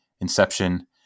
Inception